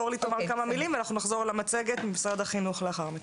אורלי תאמר כמה מילים ואנחנו נחזור על המצגת עם משרד החינוך לאחר מכן.